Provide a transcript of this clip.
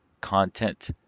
content